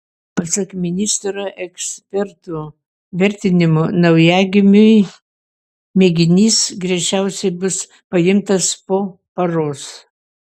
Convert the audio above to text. pasak ministro ekspertų vertinimu naujagimiui mėginys greičiausiai bus paimtas po paros